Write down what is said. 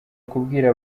kubwira